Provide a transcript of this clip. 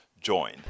join